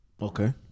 okay